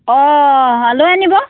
অঁ হা লৈ আনিব